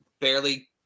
barely